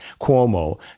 Cuomo